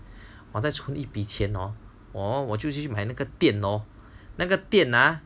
我在存一笔钱哦哦我就去买那个店 hor